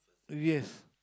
yes